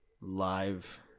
live